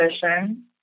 position